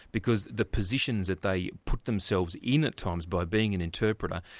because the positions that they put themselves in at times by being an interpreter,